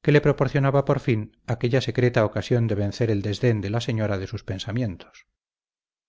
que le proporcionaba por fin aquella secreta ocasión de vencer el desdén de la señora de sus pensamientos